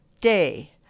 day